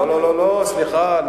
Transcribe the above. לא, סליחה.